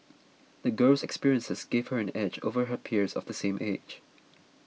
the girl's experiences gave her an edge over her peers of the same age